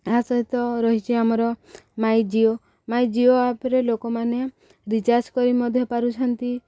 ତା' ସହିତ ରହିଛି ଆମର ମାଇଁ ଜିିଓ ମାଇଁ ଜିିଓ ଆପ୍ରେ ଲୋକମାନେ ରିଚାର୍ଜ କରି ମଧ୍ୟ ପାରୁଛନ୍ତି